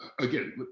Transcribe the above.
again